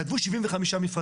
כתבו 75 מפרטים.